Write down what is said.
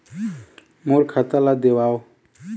मोर खाता ला देवाव?